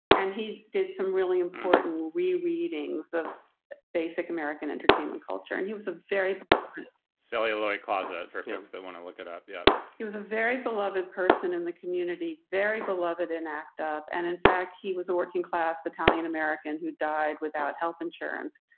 and he did some really important we readings of basic american entertainment culture and he was a very celluloid closet for films that want to look it up yeah up he was a very beloved person in the community, very beloved in act up. and in fact, he was a working-class italian american who died without health insurance.